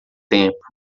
tempo